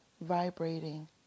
vibrating